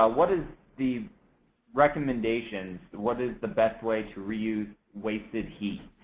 um what is the recommendations, what is the best way to reuse wasted heat.